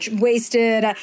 wasted